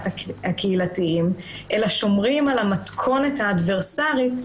הקהילתיים אלא שומרים על המתכונת האדברסרית,